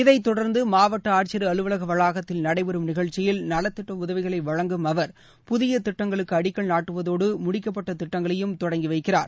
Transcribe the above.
இதைத் தொடர்ந்து மாவட்ட ஆட்சியர் அலுவலக வளாகத்தில் நடைபெறும் நிகழ்ச்சியில் நலத்திட்ட உதவிகளை வழங்கும் அவர் புதிய திட்டங்களுக்கு அடிக்கல் நாட்டுவதோடு முடிக்கப்பட்ட திட்டங்களையும் தொடக்கி வைக்கிறார்